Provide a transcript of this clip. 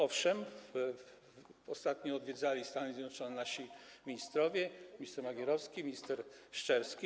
Owszem, ostatnio odwiedzali Stany Zjednoczone nasi ministrowie, minister Magierowski, minister Szczerski.